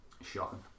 shocking